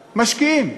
משקיעים.